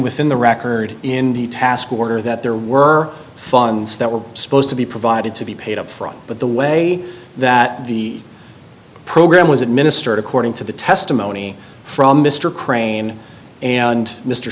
within the record in the task order that there were funds that were supposed to be provided to be paid upfront but the way that the program was administered according to the testimony from mr crane and mr